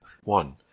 one